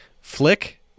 Flick